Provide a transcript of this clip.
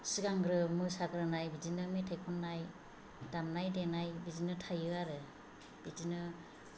सिगांग्रो मोसाग्रोनाय बिदिनो मेथाय खननाय दामनाय देनाय बिदिनो थायो आरो बिदिनो